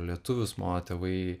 lietuvis mano tėvai